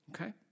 Okay